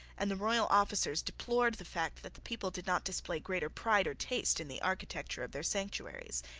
and the royal officers deplored the fact that the people did not display greater pride or taste in the architecture of their sanctuaries.